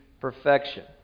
perfection